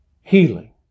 healing